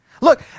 Look